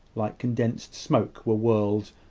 like condensed smoke, were whirled,